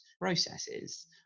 processes